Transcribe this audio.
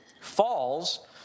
falls